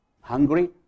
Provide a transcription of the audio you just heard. hungry